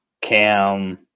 Cam